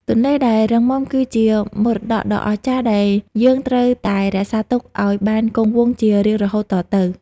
ទន្លេដែលរឹងមាំគឺជាមរតកដ៏អស្ចារ្យដែលយើងត្រូវតែរក្សាទុកឱ្យបានគង់វង្សជារៀងរហូតតទៅ។